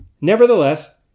Nevertheless